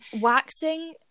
Waxing